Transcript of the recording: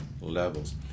levels